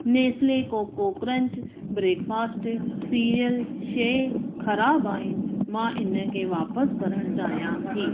Nestle Koko Krunch breakfast cereal शइ ख़राब आहे मां इनखे वापिसि करणु चाहियां थी